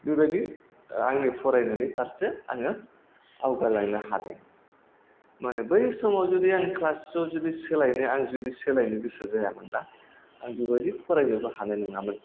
बेबायदि आंनि फरायनायनि फारसे आङो आवगाय लांनो हादों माने बै समाव जुदि क्लास थुआव जुदि सोलायनो आं जुदि सोलायनो गोसो जाया मोनबा आं बिबायदि फरायनोबो हानाय नङामोन